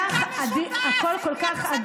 הכל-כך, עם מי את עושה מרקם משותף?